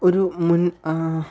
ഒരു മുൻ